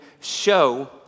show